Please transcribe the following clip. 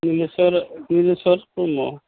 Nileswar Brahma